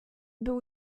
był